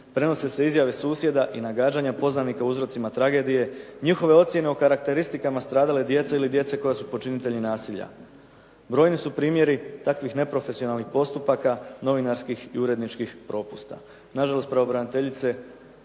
prenose se izjave susjeda i nagađanja poznanika o uzrocima tragedije, njihove ocjene o karakteristikama stradale djece ili djece koja su počinitelji nasilja. Brojni su primjeri takvih neprofesionalnih postupaka, novinarskih i uredničkih propusta.